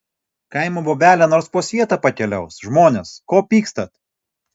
kaimo bobelė nors po svietą pakeliaus žmones ko pykstat